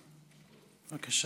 בבקשה.